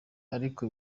ariko